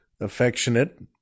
affectionate